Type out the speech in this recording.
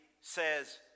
says